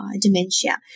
dementia